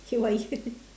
haywire